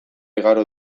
igaro